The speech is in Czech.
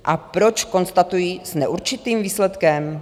A proč konstatuji s neurčitým výsledkem?